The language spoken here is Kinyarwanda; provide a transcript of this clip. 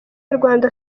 nyarwanda